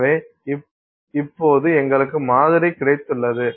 எனவே இப்போது எங்களுக்கு மாதிரி கிடைத்துள்ளது